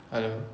hello